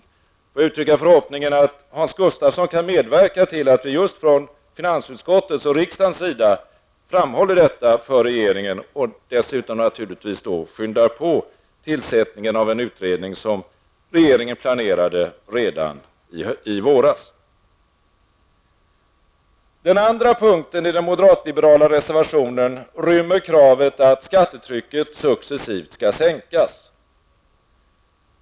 Låt mig uttrycka förhoppningen att Hans Gustafsson kan medverka till att vi just från finansutskottets och riksdagens sida framhåller detta för regeringen och dessutom naturligvis skyndar på tillsättningen av den utredning som regeringen planerade redan i våras. Den andra punkten i den moderat-liberala reservationen rymmer kravet att skattetrycket successivt skall sänkas.